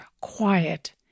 quiet